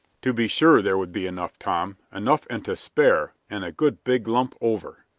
to be sure there would be enough, tom enough and to spare, and a good big lump over.